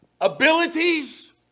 abilities